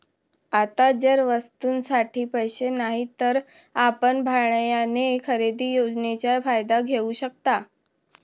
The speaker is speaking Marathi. आता जर वस्तूंसाठी पैसे नाहीत तर आपण भाड्याने खरेदी योजनेचा फायदा घेऊ शकता